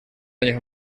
años